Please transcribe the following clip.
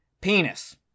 penis